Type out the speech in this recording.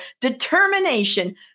determination